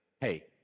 hey